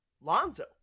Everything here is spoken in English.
Lonzo